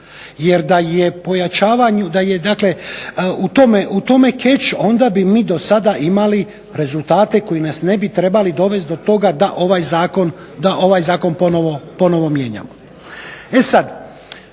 mjera jer da je u tome keč onda bi mi do sada imali rezultate koji nas ne bi trebali dovest do toga da ovaj zakon ponovo mijenjamo.